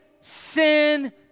sin